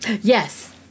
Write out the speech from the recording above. Yes